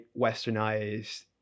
westernized